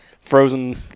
frozen